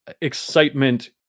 excitement